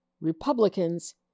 Republicans